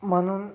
म्हणून